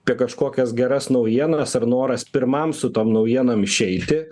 apie kažkokias geras naujienas ar noras pirmam su tom naujienom išeiti